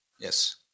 Yes